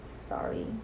Sorry